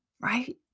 right